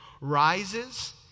rises